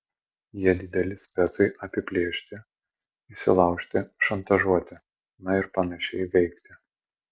jie dideli specai apiplėšti įsilaužti šantažuoti na ir panašiai veikti